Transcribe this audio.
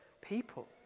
people